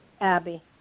Abby